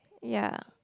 ya